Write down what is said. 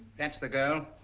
that's the girl.